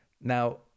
Now